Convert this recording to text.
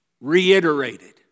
reiterated